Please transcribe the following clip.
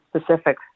specific